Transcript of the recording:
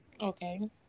Okay